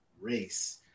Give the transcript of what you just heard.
race